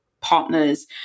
partners